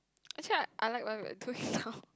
actually I I like what we're doing now